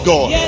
God